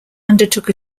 undertook